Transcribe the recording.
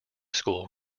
school